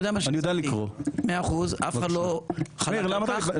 אף אחד לא חלק על כך,